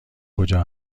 کجا